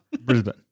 Brisbane